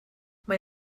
mae